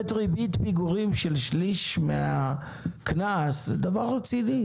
לתת ריבית פיגורים של שליש מהקנס זה דבר רציני,